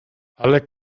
ale